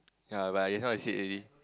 ya but I just now I said already